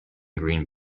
green